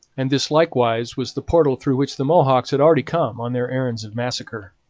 and this likewise was the portal through which the mohawks had already come on their errands of massacre.